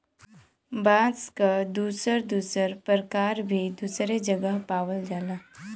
बांस क दुसर दुसर परकार भी दुसरे जगह पावल जाला